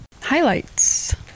Highlights